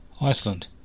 Iceland